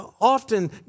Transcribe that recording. Often